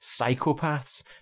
psychopaths